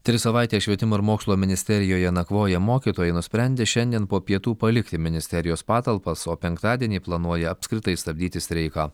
tris savaites švietimo ir mokslo ministerijoje nakvoję mokytojai nusprendė šiandien po pietų palikti ministerijos patalpas o penktadienį planuoja apskritai stabdyti streiką